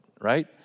right